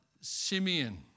Simeon